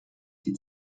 die